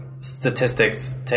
statistics